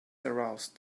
aroused